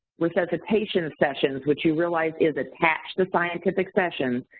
resuscitation sessions, which you realize is attached to scientific sessions,